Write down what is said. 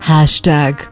Hashtag